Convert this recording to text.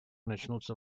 начнутся